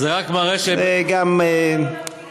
אני מנציחה אותה, זה מאוד מכובד.